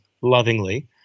lovingly